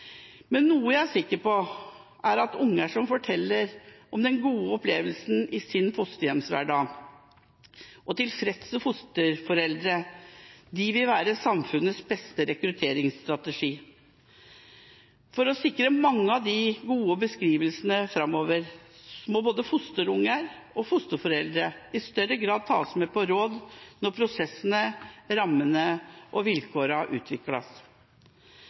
Men noe jeg er sikker på, er at unger som forteller om den gode opplevelsen i sin fosterhjemshverdag, og tilfredse fosterforeldre vil være samfunnets beste rekrutteringsstrategi. For å sikre mange av de gode beskrivelsene framover må både fosterbarn og fosterforeldre i større grad tas med på råd når prosessene, rammene og vilkårene utvikles.